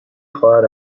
خواهر